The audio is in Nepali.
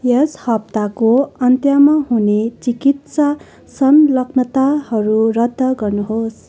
यस हप्ताको अन्त्यमा हुने चिकित्सा संलग्नताहरू रद्द गर्नुहोस्